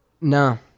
No